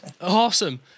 Awesome